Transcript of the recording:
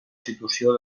situació